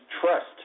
trust